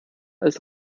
als